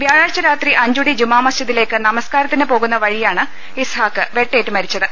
വ്യാഴാഴ്ച രാത്രി അഞ്ചുടി ജുമാമസ്ജിദിലേക്ക് നമസ്കാരത്തിന് പോകുന്ന വഴിയാണ് ഇസ്ഹാഖ് വെട്ടേറ്റു മരിച്ചത്